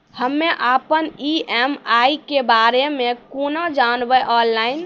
हम्मे अपन ई.एम.आई के बारे मे कूना जानबै, ऑनलाइन?